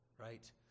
right